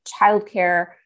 childcare